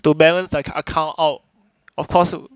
to balance like the account out of course